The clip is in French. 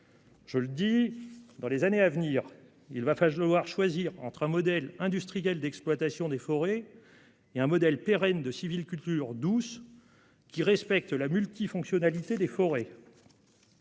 décisions. Dans les années à venir, il va falloir choisir entre un modèle industriel d'exploitation et un modèle pérenne de sylviculture douce qui respecte la multifonctionnalité des forêts.